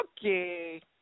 Okay